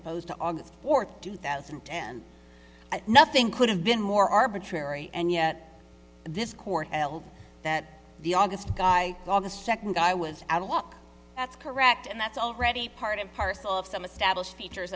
opposed to august fourth two thousand and ten nothing could have been more arbitrary and yet this court held that the august guy on the second guy was out of luck that's correct and that's already part and parcel of some established features